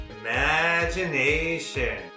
Imagination